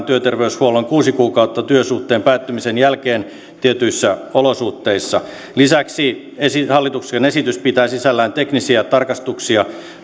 työterveyshuollon kuusi kuukautta työsuhteen päättymisen jälkeen tietyissä olosuhteissa lisäksi hallituksen esitys pitää sisällään teknisiä tarkastuksia